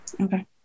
okay